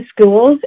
schools